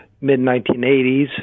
mid-1980s